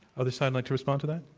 other side like to respond to that?